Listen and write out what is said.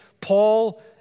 Paul